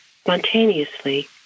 spontaneously